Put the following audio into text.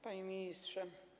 Panie Ministrze!